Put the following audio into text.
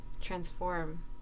transform